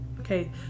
Okay